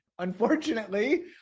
unfortunately